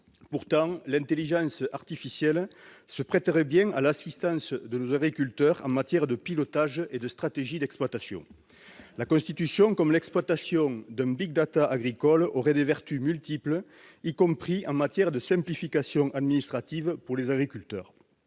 évoquée. L'intelligence artificielle se prêterait pourtant bien à l'assistance de nos agriculteurs en matière de pilotage et de stratégie d'exploitation. La constitution et l'exploitation d'un agricole auraient des vertus multiples, y compris en matière de simplification administrative pour les agriculteurs.